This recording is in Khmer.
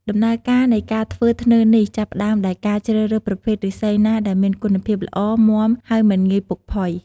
ដំណើរការនៃការធ្វើធ្នើរនេះ ចាប់ផ្តើមដោយការជ្រើសរើសប្រភេទឬស្សីណាដែលមានគុណភាពល្អ មាំ ហើយមិនងាយពុកផុយ។